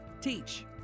teach